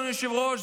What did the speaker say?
אדוני היושב-ראש,